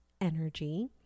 energy